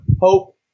hope